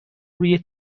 روی